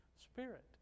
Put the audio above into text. spirit